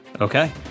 Okay